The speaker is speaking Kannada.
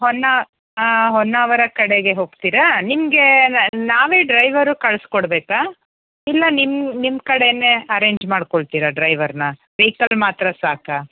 ಹೊನ್ನಾ ಹಾಂ ಹೊನ್ನಾವರ ಕಡೆಗೆ ಹೋಗ್ತೀರಾ ನಿಮಗೆ ನಾ ನಾವೇ ಡ್ರೈವರ್ ಕಳಿಸಿ ಕೊಡಬೇಕಾ ಇಲ್ಲ ನಿಮ್ಮ ನಿಮ್ಮ ಕಡೆಯೇ ಅರೇಂಜ್ ಮಾಡ್ಕೊಳ್ತೀರಾ ಡ್ರೈವರನ್ನು ವೆಹಿಕಲ್ ಮಾತ್ರ ಸಾಕಾ